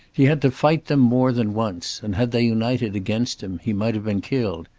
he had to fight them, more than once, and had they united against him he might have been killed.